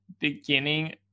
beginning